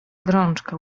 gorączka